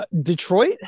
Detroit